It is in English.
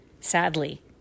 sadly